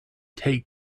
take